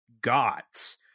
got